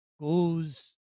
goes